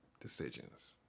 decisions